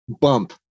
bump